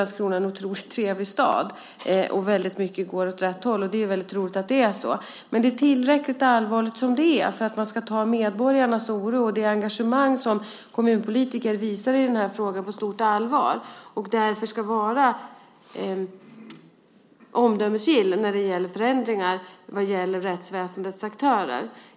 Landskrona är en otroligt trevlig stad, och väldigt mycket går åt rätt håll, och det är väldigt roligt att det är så. Men det är tillräckligt allvarligt som det är för att man ska ta medborgarnas oro och det engagemang som kommunpolitiker visar i denna fråga på stort allvar. Därför ska man vara omdömesgill när det gäller förändringar i fråga om rättsväsendets aktörer.